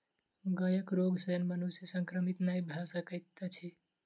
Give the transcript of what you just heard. गायक रोग सॅ मनुष्य संक्रमित नै भ सकैत अछि